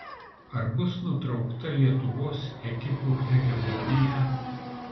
ar bus nutraukta lietuvos ekipų hegemonija